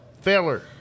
Failer